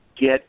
get